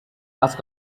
ask